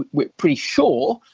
we're pretty sure,